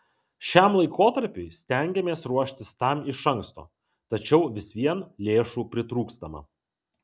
šiam laikotarpiui stengiamės ruoštis tam iš anksto tačiau vis vien lėšų pritrūkstama